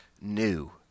new